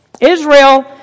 Israel